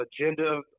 agenda